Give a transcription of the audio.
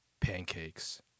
Pancakes